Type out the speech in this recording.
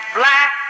black